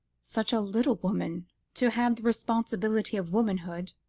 such a little woman to have the responsibilities of womanhood,